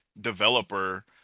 developer